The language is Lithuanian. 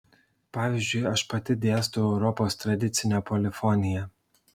pavyzdžiui aš pati dėstau europos tradicinę polifoniją